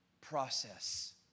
process